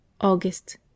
august